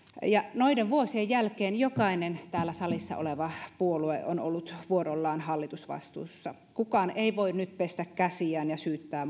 noiden vuosien jälkeen jokainen täällä salissa oleva puolue on ollut vuorollaan hallitusvastuussa kukaan ei voi nyt pestä käsiään ja syyttää